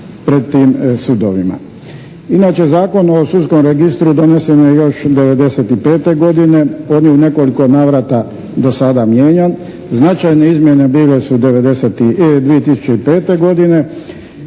Inače Zakon o sudskom registru donesen je još '95. godine, on je u nekoliko navrata do sada mijenjan, značajne izmjene bile su 2005. godine